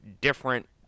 different